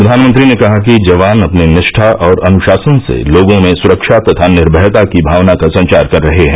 प्रधानमंत्री ने कहा कि जवान अपनी निष्ठा और अनुशासन से लोगों में सुरक्षा तथा निर्मयता की भावना का संचार कर रहे हैं